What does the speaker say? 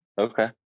Okay